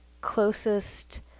closest